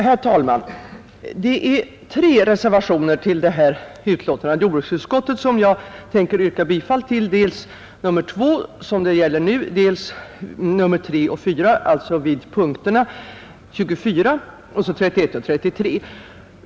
Herr talman! Jag tänker yrka bifall till tre reservationer, som är fogade till jordbruksutskottets betänkande, nämligen nr 2 — som nu är aktuell — samt nr 3 och nr 4 vid punkterna 24, 31 och 33.